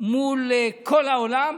מול כל העולם,